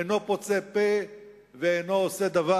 אינו פוצה פה ואינו עושה דבר?